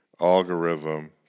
algorithm